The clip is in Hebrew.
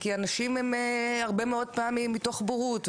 אנשים הרבה מאוד פעמים הם כאלה מתוך בורות,